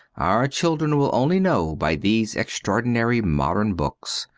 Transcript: our children will only know by these extraordinary modern books,